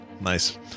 Nice